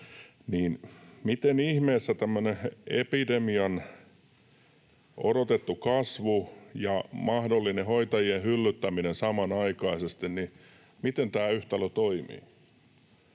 miten ihmeessä tämmöinen epidemian odotettu kasvu ja mahdollinen hoitajien hyllyttäminen samanaikaisesti toimii?